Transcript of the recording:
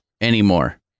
anymore